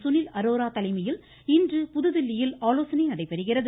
சுனில் அரோரா தலைமையில் இன்று புதுதில்லியில் ஆலோசனை நடைபெறுகிறது